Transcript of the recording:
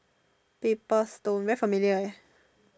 paper stone very familiar eh